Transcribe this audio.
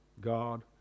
God